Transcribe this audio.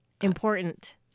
Important